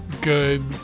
good